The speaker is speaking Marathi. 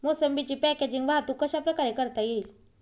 मोसंबीची पॅकेजिंग वाहतूक कशाप्रकारे करता येईल?